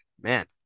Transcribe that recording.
man